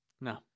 No